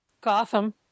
Gotham